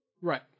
Right